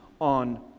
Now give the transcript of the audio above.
on